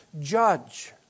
judge